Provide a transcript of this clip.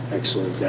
excellent guy.